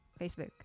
Facebook